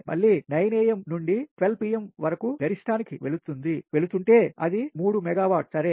మళ్లీ 9am నుండి 12pm వరకు గరిష్టానికి వెళుతుంటే అది 3 మెగావాట్ సరే